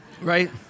Right